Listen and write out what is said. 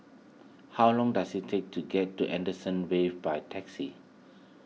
how long does it take to get to Wave by taxi